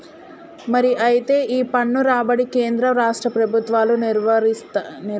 మరి అయితే ఈ పన్ను రాబడి కేంద్ర రాష్ట్ర ప్రభుత్వాలు నిర్వరిస్తాయి